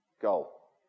goal